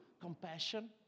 compassion